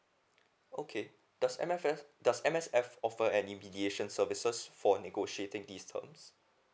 okay does M_S_F does M_S_F offer any mediation services for negotiating these terms